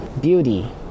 beauty